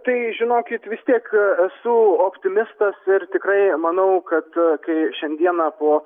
tai žinokit vis tiek esu optimistas ir tikrai manau kad kai šiandieną po